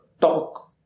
talk